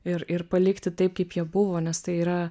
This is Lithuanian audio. ir ir palikti taip kaip jie buvo nes tai yra